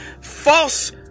false